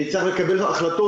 אני צריך לקבל החלטות,